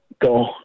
go